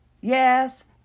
Yes